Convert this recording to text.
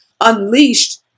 unleashed